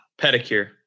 Pedicure